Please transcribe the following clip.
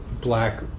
black